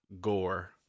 gore